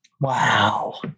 Wow